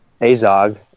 Azog